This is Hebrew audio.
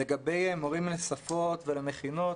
לגבי מורים לשפות ולמכינות,